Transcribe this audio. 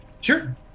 Sure